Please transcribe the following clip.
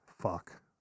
fuck